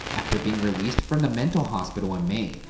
after being released from the mental hospital in may,